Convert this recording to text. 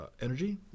energy